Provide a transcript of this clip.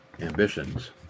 ambitions